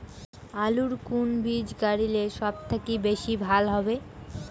আলুর কুন বীজ গারিলে সব থাকি বেশি লাভ হবে?